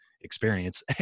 experience